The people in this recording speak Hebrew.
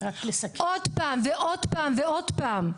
עוד פעם ועוד פעם ועוד פעם.